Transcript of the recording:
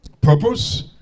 Purpose